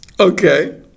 okay